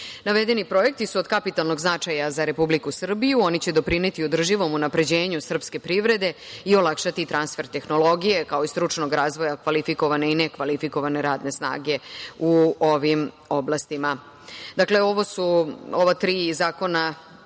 Srbiji. Navedeni projekti su od kapitalnog značaja za Republiku Srbiju. Oni će doprineti održivom unapređenju srpske privrede i olakšati transfer tehnologije, kao i stručnog razvoja kvalifikovane i ne kvalifikovane radne snage u ovim oblastima. Dakle, ovo su, ova